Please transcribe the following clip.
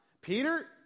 Peter